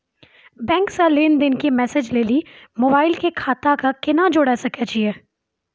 Bank से लेंन देंन के मैसेज लेली मोबाइल के खाता के केना जोड़े सकय छियै?